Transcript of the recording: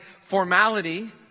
formality